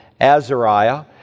Azariah